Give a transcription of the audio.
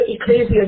ecclesia